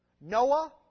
Noah